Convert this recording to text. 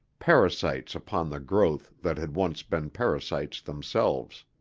parasites upon the growth that had once been parasites themselves.